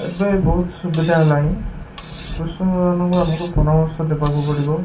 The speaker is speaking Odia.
ଏବେ ବହୁତ ସୁବିଧା ହେଲାଣି କୃଷକ ମାନଙ୍କୁ ଆମକୁ ପରାମର୍ଶ ଦେବାକୁ ପଡ଼ିବ